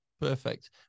perfect